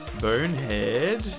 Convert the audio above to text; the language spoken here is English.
bonehead